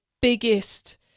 biggest